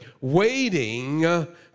waiting